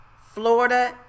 Florida